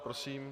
Prosím.